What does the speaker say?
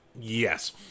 Yes